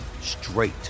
straight